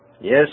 Yes